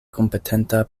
kompetenta